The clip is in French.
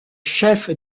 chef